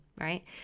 right